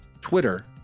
Twitter